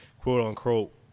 quote-unquote